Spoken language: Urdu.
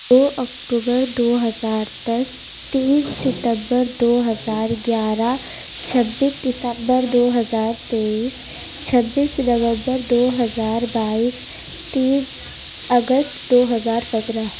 دو اکتوبر دو ہزار دس تین ستمبر دو ہزار گیارہ چھبیس دسمبر دو ہزار تیئیس چھبیس نومبر دو ہزار بائیس تین اگست دو ہزار پندرہ